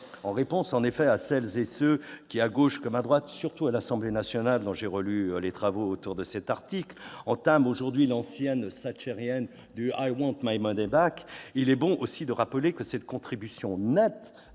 En réponse à celles et ceux qui, à gauche comme à droite- surtout à l'Assemblée nationale, dont j'ai relu les travaux portant sur cet article -, entament aujourd'hui l'antienne thatchérienne du «», il est bon aussi de rappeler que cette contribution nette